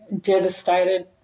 devastated